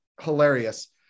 hilarious